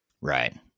Right